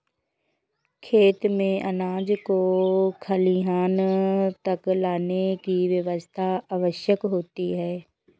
खेत से अनाज को खलिहान तक लाने की व्यवस्था आवश्यक होती है